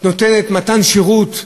נותנת שירות טוב,